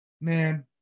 man